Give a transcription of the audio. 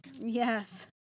Yes